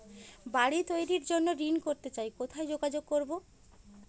বাড়ি তৈরির জন্য ঋণ করতে চাই কোথায় যোগাযোগ করবো?